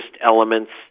elements